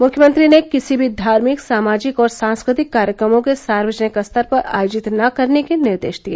मुख्यमंत्री ने किसी भी धार्मिक सामाजिक और सांस्कृतिक कार्यक्रमों के सार्वजनिक स्तर पर आयोजित न करने के निर्देश दिए